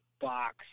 box